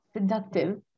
seductive